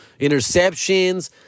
interceptions